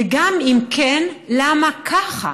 וגם אם כן, למה ככה?